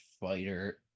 fighter